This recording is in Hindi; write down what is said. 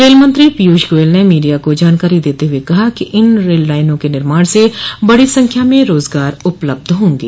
रेल मंत्री पीयूष गोयल ने मीडिया को जानकारी देते हुए कहा कि इन रेल लाइनों के निर्माण से बडी संख्या में रोजगार उपलब्ध होंगे